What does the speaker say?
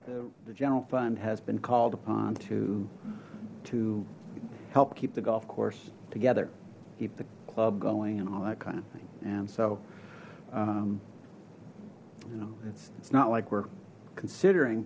the general fund has been called upon to to help keep the golf course together keep the club going and all that kind of thing and so you know it's not like we're considering